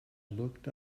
looked